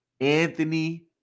Anthony